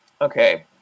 Okay